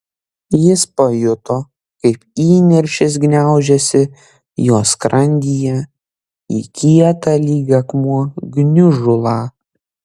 jis pajuto kaip įniršis gniaužiasi jo skrandyje į kietą lyg akmuo gniužulą